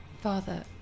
Father